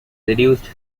reduced